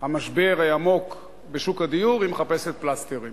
המשבר העמוק בשוק הדיור, היא מחפשת פלסטרים.